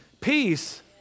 Peace